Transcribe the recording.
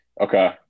Okay